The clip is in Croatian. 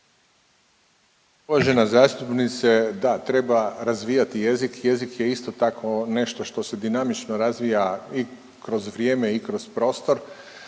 Uvažena zastupnice, da, treba razvijati jezik, jezik je isto tako nešto što se dinamično razvija i kroz vrijeme i kroz prostor.